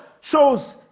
shows